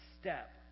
step